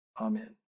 Amen